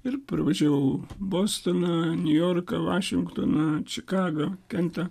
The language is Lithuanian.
ir pravažiavau bostoną niujorką vašingtoną čikagą kentą